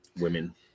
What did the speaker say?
Women